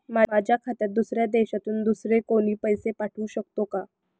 माझ्या खात्यात दुसऱ्या देशातून दुसरे कोणी पैसे पाठवू शकतो का?